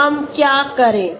तो हम क्या करे